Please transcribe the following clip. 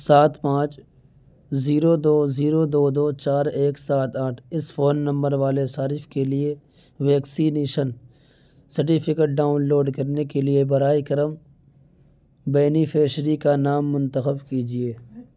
سات پانچ زیرو دو زیرو دو دو چار ایک سات آٹھ اس فون نمبر والے صارف کے لیے ویکسینیشن سرٹیفکیٹ ڈاؤن لوڈ کرنے کے لیے برائے کرم بینیفشری کا نام منتخب کیجیے